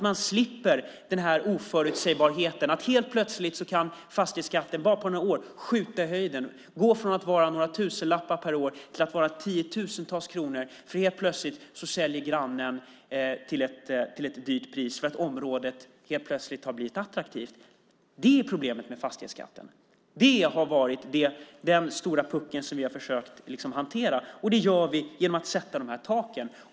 Man slipper den här oförutsägbarheten att helt plötsligt kan fastighetsskatten, bara på några år, skjuta i höjden och gå från att vara några tusenlappar per år till att vara tiotusentals kronor för att grannen helt plötsligt säljer till ett högt pris för att området har blivit attraktivt. Det är problemet med fastighetsskatten. Det har varit den stora puckeln som vi har försökt att hantera. Det gör vi genom att sätta de här taken.